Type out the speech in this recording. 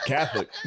Catholic